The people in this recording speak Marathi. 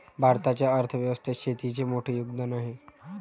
भारताच्या अर्थ व्यवस्थेत शेतीचे मोठे योगदान आहे